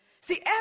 See